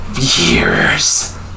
years